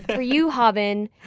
for you, haben,